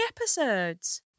episodes